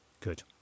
Good